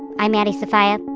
i'm maddie sofia,